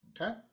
okay